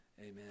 Amen